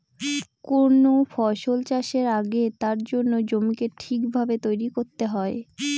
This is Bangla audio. কোন ফসল চাষের আগে তার জন্য জমিকে ঠিক ভাবে তৈরী করতে হয়